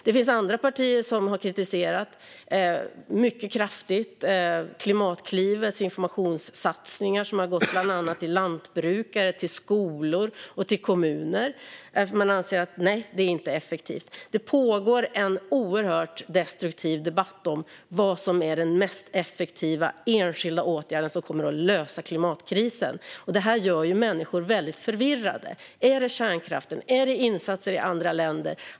Det finns andra partier som mycket kraftigt har kritiserat Klimatklivets informationssatsningar som bland annat har gått till lantbrukare, till skolor och till kommuner, eftersom man anser att det inte är effektivt. Det pågår en oerhört destruktiv debatt om vad som är den mest effektiva enskilda åtgärden som kommer att lösa klimatkrisen. Det gör människor väldigt förvirrade. Är det kärnkraften? Är det insatser i andra länder?